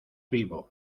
vivo